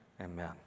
amen